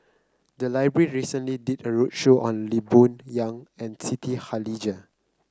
the library recently did a roadshow on Lee Boon Yang and Siti Khalijah